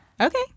Okay